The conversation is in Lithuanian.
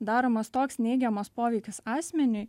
daromas toks neigiamas poveikis asmeniui